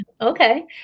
Okay